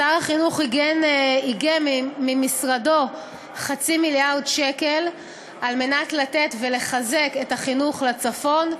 שר החינוך איגם ממשרדו חצי מיליארד שקל כדי לתת חינוך לצפון ולחזקו.